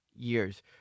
Years